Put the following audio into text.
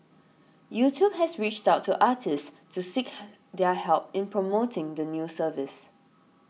YouTube has reached out to artists to seek their help in promoting the new service